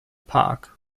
park